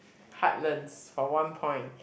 heartlands for one point